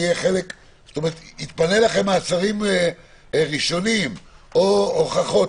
יתפנו לכם מעצרים ראשוניים או הוכחות.